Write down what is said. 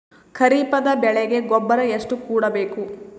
ಖರೀಪದ ಬೆಳೆಗೆ ಗೊಬ್ಬರ ಎಷ್ಟು ಕೂಡಬೇಕು?